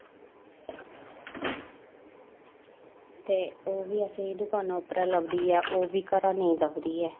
ते ओह् बी असेंगी दकानां उप्परा लभदी ऐ ओह् बी घर नेईं लभदी ऐ